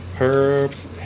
Herbs